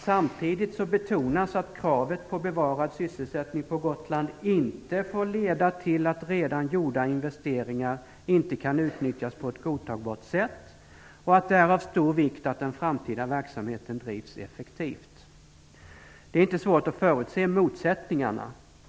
Samtidigt betonas nämligen att kravet på bevarad sysselsättning på Gotland inte får leda till att redan gjorda investeringar inte kan utnyttjas på ett godtagbart sätt och att det är av stor vikt att den framtida verksamheten drivs effektivt. Det är inte svårt att förutse motsättningarna.